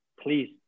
Please